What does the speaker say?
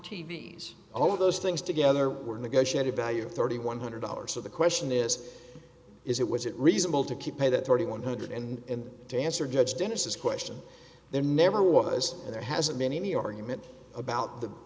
v s all of those things together were negotiated value of thirty one hundred dollars so the question is is it was it reasonable to keep a that forty one hundred and to answer judge dennis's question there never was there hasn't been any argument about the